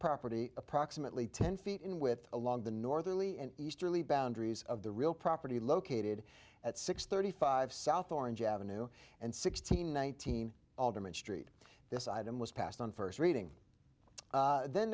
property approximately ten feet in width along the northern lea and easterly boundaries of the real property located at six thirty five south orange avenue and sixteen nineteen alderman st this item was passed on first reading then